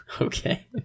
Okay